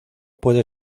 puede